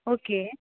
okay